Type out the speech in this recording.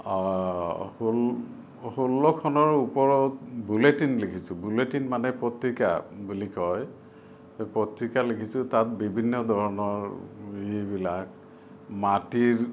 ষোল্লখনৰ ওপৰত বুলেটিন লিখিছোঁ বুলেটিন মানে পত্ৰিকা বুলি কয় পত্ৰিকা লিখিছোঁ তাত বিভিন্ন ধৰণৰ এইবিলাক মাটিৰ